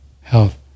health